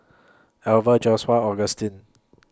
Alver Joshua Augustine